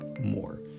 more